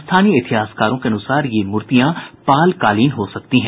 स्थानीय इतिहासकारों के अनुसार ये मूर्तियां पालकालीन हो सकती हैं